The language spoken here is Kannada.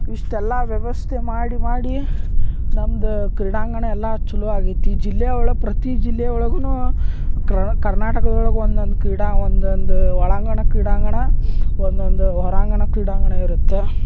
ಇಷ್ಟೆಲ್ಲ ವ್ಯವಸ್ಥೆ ಮಾಡಿ ಮಾಡಿ ನಮ್ದು ಕ್ರೀಡಾಂಗಣ ಎಲ್ಲಾ ಚಲೋ ಆಗೈತಿ ಜಿಲ್ಲೆಯೊಳಗೆ ಪ್ರತಿ ಜಿಲ್ಲೆಯೊಳಗು ಕರ್ನಾಟಕದೊಳಗ ಒನ್ನೊಂದು ಕ್ರೀಡ ಒಂದೊಂದು ಒಳಾಂಗಣ ಕ್ರೀಡಾಂಗಣ ಒನ್ನೊಂದು ಹೊರಾಂಗಣ ಕ್ರೀಡಾಂಗಣ ಇರುತ್ತೆ